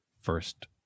first